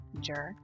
jerk